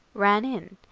ran in,